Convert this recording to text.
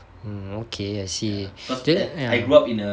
hmm okay I see then ya